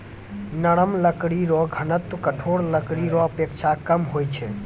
नरम लकड़ी रो घनत्व कठोर लकड़ी रो अपेक्षा कम होय छै